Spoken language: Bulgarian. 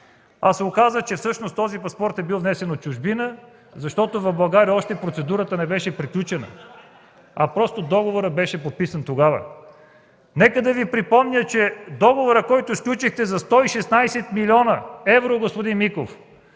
се оказа, че всъщност този паспорт е бил внесен от чужбина, защото в България още процедурата не беше приключена, просто договорът беше подписан тогава. Нека да Ви припомня, че договорът, който сключихте за 116 млн. евро, господин Миков,